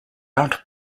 out